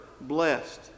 blessed